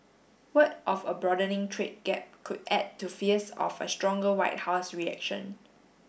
word of a broadening trade gap could add to fears of a stronger White House reaction